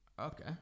Okay